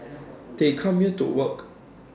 they come here to work